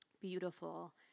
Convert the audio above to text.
beautiful